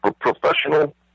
Professional